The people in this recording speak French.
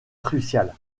cruciale